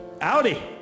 Audi